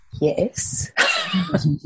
yes